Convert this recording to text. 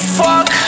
fuck